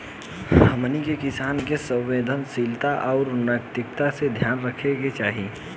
हमनी के किसान के संवेदनशीलता आउर नैतिकता के ध्यान रखे के चाही